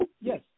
Yes